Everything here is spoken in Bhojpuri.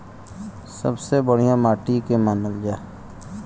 सबसे बढ़िया माटी के के मानल जा?